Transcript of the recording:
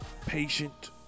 Patient